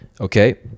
Okay